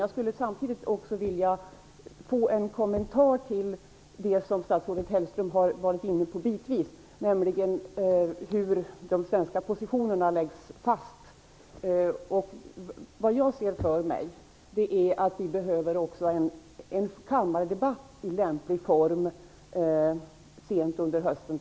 Jag skulle också samtidigt få en kommentar till det som statsrådet Hellström bitvis har varit inne på, nämligen hur de svenska positionerna läggs fast. Vad jag ser för mig är att vi också behöver en kammardebatt i lämplig form, t.ex. sent under hösten.